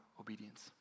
obedience